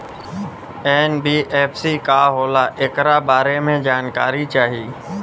NBFC का होला ऐकरा बारे मे जानकारी चाही?